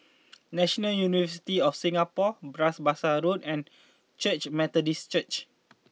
National University of Singapore Bras Basah Road and Christ Methodist Church